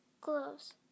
gloves